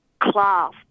class